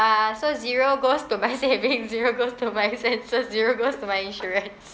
uh so zero goes to my savings zero goes to my expenses zero goes to my insurance